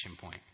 point